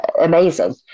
amazing